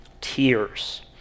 tears